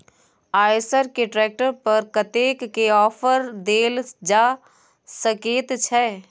आयसर के ट्रैक्टर पर कतेक के ऑफर देल जा सकेत छै?